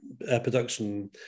production